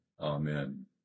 Amen